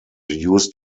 used